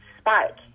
spike